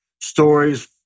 stories